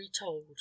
retold